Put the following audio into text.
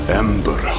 ember